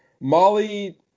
Molly